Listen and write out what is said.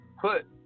put